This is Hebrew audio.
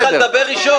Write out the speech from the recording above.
הצעתי לך לדבר ראשון.